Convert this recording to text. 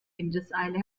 windeseile